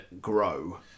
grow